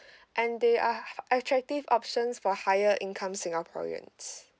and they are hi~ attractive options for higher income singaporeans